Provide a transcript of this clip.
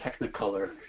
technicolor